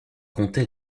comptait